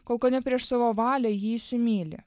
kol kone prieš savo valią jį įsimyli